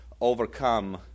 overcome